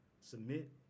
submit